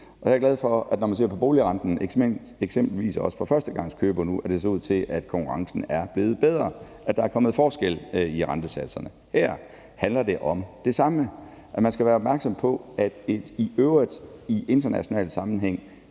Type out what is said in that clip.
jeg er glad for, at når man ser på boligrenten nu i forhold til eksempelvis førstegangskøbere, ser det ud til, at konkurrencen er blevet bedre, at der er kommet forskel på rentesatserne. Her handler det om det samme, altså at man skal være opmærksom på, at man med det her forslag